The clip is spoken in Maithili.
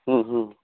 हूँ हूँ